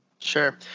Sure